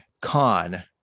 con